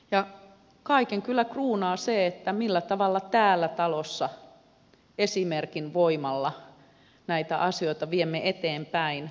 ja kaiken kyllä kruunaa se millä tavalla tässä talossa esimerkin voimalla näitä asioita viemme eteenpäin